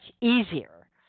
easier